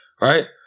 right